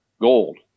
gold